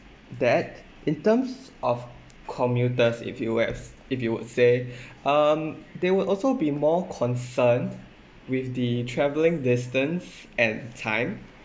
that in terms of commuters if you have if you would say um they will also be more concerned with the travelling distance and time